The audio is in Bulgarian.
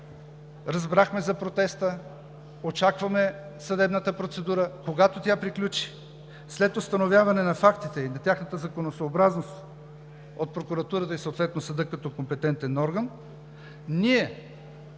разбрахме за протеста, очакваме съдебната процедура, когато тя приключи, след установяване на фактите и на тяхната законосъобразност от прокуратурата и съответно съда като компетентен орган, ние